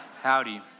howdy